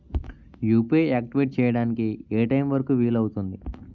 UPI activate చెయ్యడానికి ఏ time వరుకు వీలు అవుతుంది?